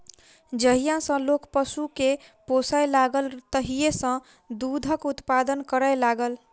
जहिया सॅ लोक पशु के पोसय लागल तहिये सॅ दूधक उत्पादन करय लागल